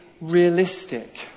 realistic